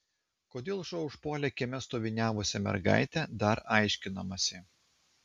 kodėl šuo užpuolė kieme stoviniavusią mergaitę dar aiškinamasi